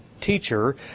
teacher